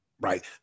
right